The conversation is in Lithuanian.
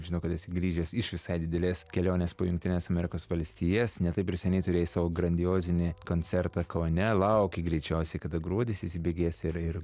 žinau kad esi grįžęs iš visai didelės kelionės po jungtines amerikos valstijas ne taip ir seniai turėjai savo grandiozinį koncertą kaune lauki greičiausiai kada gruodis įsibėgės ir ir